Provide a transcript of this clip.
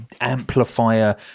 amplifier